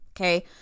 Okay